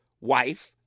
wife